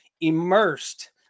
immersed